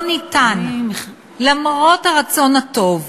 לא ניתן, למרות הרצון הטוב,